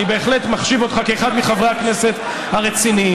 אני בהחלט מחשיב אותך לאחד מחברי הכנסת הרציניים.